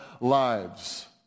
lives